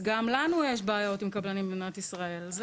גם לנו יש בעיות עם קבלנים במדינת ישראל וזה קורה.